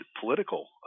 political